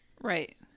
Right